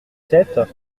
sept